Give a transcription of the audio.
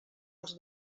els